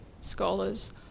scholars